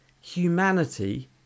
humanity